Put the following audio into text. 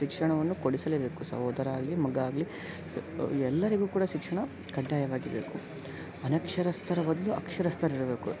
ಶಿಕ್ಷಣವನ್ನು ಕೊಡಿಸಲೇಬೇಕು ಸಹೋದರ ಆಗಲಿ ಮಗ ಆಗಲಿ ಎಲ್ಲರಿಗೂ ಕೂಡ ಶಿಕ್ಷಣ ಕಡ್ಡಾಯವಾಗಿ ಬೇಕು ಅನಕ್ಷರಸ್ಥರ ಬದಲು ಅಕ್ಷರಸ್ಥರಿರಬೇಕು